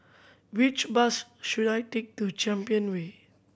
which bus should I take to Champion Way